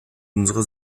unsere